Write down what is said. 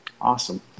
Awesome